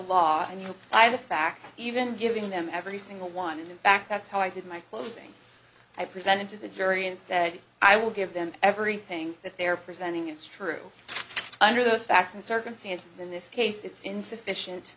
law and you'll find the facts even giving them every single one and in fact that's how i did my closing i presented to the jury and said i will give them every thing that they're presenting it's true under those facts and circumstances in this case it's insufficient